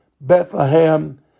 Bethlehem